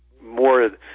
more